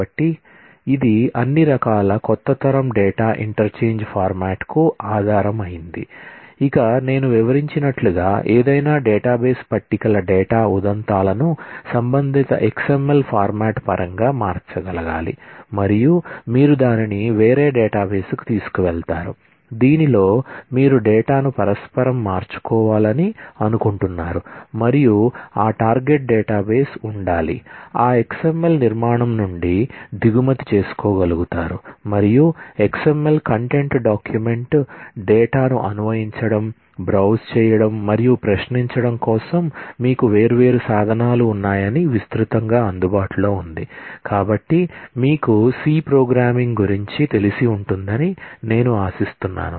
కాబట్టి ఇది అన్ని రకాల కొత్త తరం డేటా ఇంటర్చేంజ్ ఫార్మాట్ గురించి తెలిసి ఉంటుందని నేను ఆశిస్తున్నాను